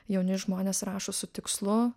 jauni žmonės rašo su tikslu